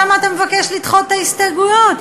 למה אתה מבקש לדחות את ההסתייגויות?